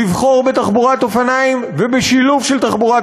לבחור בתחבורת אופניים ובשילוב של תחבורת